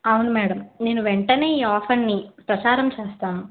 అవును మేడం నేను వెంటనే ఈ ఆఫర్ని ప్రసారం చేస్తాను